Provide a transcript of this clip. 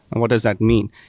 what does that mean?